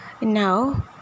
Now